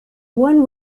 one